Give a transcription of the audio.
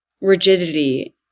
rigidity